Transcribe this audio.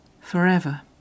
forever